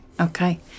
Okay